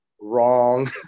Wrong